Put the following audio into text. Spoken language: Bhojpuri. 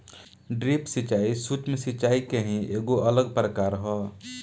ड्रिप सिंचाई, सूक्ष्म सिचाई के ही एगो अलग प्रकार ह